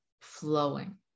flowing